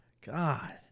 God